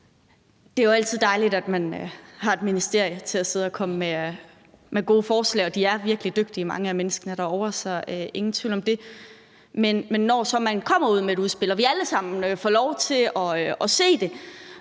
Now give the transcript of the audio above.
Det er jo altid dejligt, at man har et ministerium til at sidde og komme med gode forslag, og de mange af de mennesker, der arbejder derovre, er jo virkelig dygtige, ingen tvivl om det. Men når man så kommer med et udspil og vi alle sammen får lov til at se det,